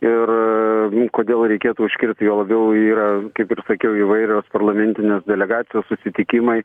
ir kodėl reikėtų užkirsti juo labiau yra kaip ir sakiau įvairios parlamentinės delegacijos susitikimai